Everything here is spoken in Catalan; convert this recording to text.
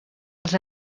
els